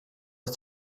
ist